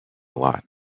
lot